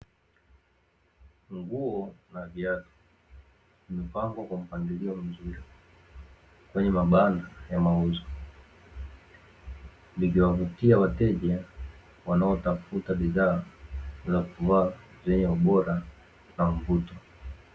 Nguo na viatu zimepangwa kwa mpangilio mzuri kwenye mabanda ya mauzo. Zikiwavutia wateja wanaotafuta bidhaa za kuvaa zenye ubora na mvuto.